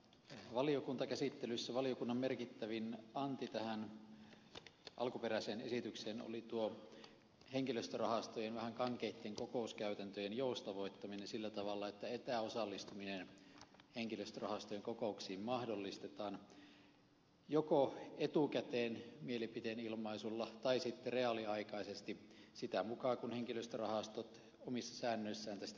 valiokuntakäsittelyssä valiokunnan merkittävin anti tähän alkuperäiseen esitykseen oli tuo henkilöstörahastojen vähän kankeitten kokouskäytäntöjen joustavoittaminen sillä tavalla että etäosallistuminen henkilöstörahastojen kokouksiin mahdollistetaan joko etukäteen mielipiteen ilmaisulla tai sitten reaaliaikaisesti sitä mukaa kuin henkilöstörahastot omissa säännöissään tästä etäosallistumisesta päättävät